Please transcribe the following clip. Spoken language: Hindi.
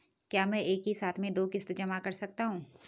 क्या मैं एक ही साथ में दो किश्त जमा कर सकता हूँ?